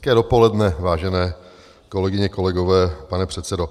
Hezké dopoledne, vážené kolegyně, kolegové, pane předsedo.